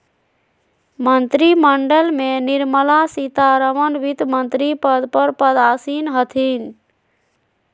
मंत्रिमंडल में निर्मला सीतारमण वित्तमंत्री पद पर पदासीन हथिन